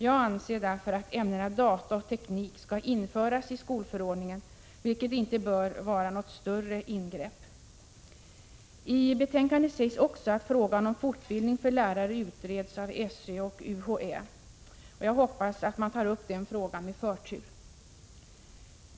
Jag anser därför att ämnena data och teknik skall införas i skolförordningen, vilket inte bör vara något större ingrepp. I betänkandet sägs också att frågan om fortbildning för lärare utreds av SÖ och UHÄ. Jag hoppas att man tar upp den frågan med förtur.